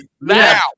Now